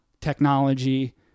technology